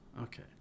Okay